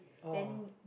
oh